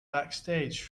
backstage